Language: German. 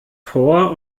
vor